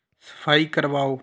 ਸਫਾਈ ਕਰਵਾਉ